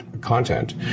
content